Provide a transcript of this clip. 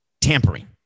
tampering